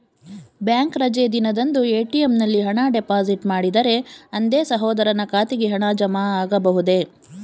Bank ರಜೆ ದಿನದಂದು ATM ನಲ್ಲಿ ಹಣ ಡಿಪಾಸಿಟ್ ಮಾಡಿದರೆ ಅಂದೇ ಸಹೋದರನ ಖಾತೆಗೆ ಹಣ ಜಮಾ ಆಗಬಹುದೇ?